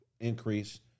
increase